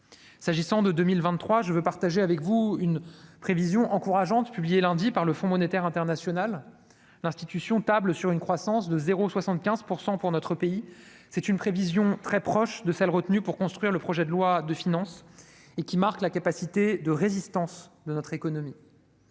S'agissant de 2023, je veux partager avec vous une prévision encourageante publiée lundi par le Fonds monétaire international (FMI). L'institution table sur une croissance de 0,75 % pour notre pays, une prévision très proche de celle qui a été retenue pour construire le projet de loi de finances, qui marque la capacité de résistance de notre économie.